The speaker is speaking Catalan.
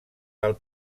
del